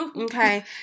okay